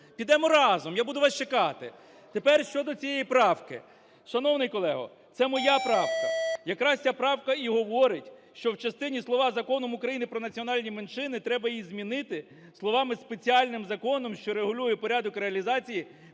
Підемо разом! Я буду вас чекати! Тепер щодо цієї правки. Шановний колего, це моя правка. Якраз ця правка і говорить, що в частині слова "Законом України "Про національні меншини…" треба її змінити словами "спеціальним законом, що регулює порядок реалізації